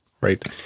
right